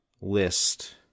list